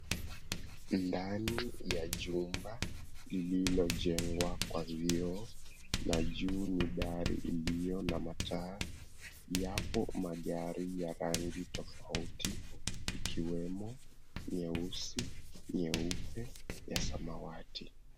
Ndani ya jumba lililojengwa kwa vioo na juu ni dari iliyo na mataa. Yapo magari ya rangi tofauti ikiwemo nyeusi, nyeupe na samawati.